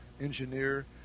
engineer